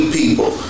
people